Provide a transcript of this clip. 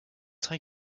train